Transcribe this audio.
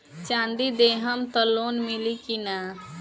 चाँदी देहम त लोन मिली की ना?